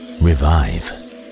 revive